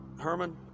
Herman